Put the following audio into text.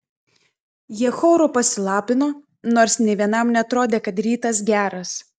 jie choru pasilabino nors nė vienam neatrodė kad rytas geras